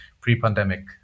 pre-pandemic